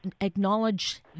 acknowledge